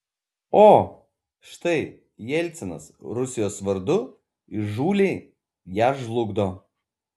o štai jelcinas rusijos vardu įžūliai ją žlugdo